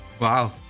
wow